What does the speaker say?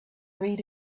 read